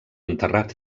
enterrat